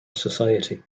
society